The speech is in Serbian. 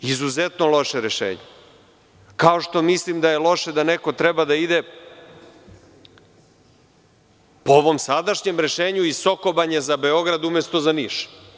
Izuzetno loše rešenje, ako što mislim da je loše da neko treba da ide po ovom sadašnjem rešenju iz Sokobanje za Beograd, umesto za Niš.